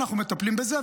אנחנו מטפלים בזה,